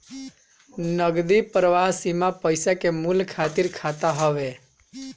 नगदी प्रवाह सीमा पईसा के मूल्य खातिर खाता हवे